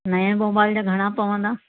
नए मोबाइल जा घणा पवंदा